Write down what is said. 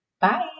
Bye